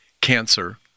cancer